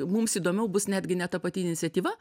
mums įdomiau bus netgi ne ta pati iniciatyva